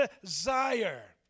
desire